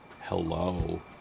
Hello